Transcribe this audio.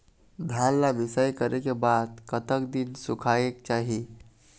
धान ला मिसाई करे के बाद कतक दिन सुखायेक चाही?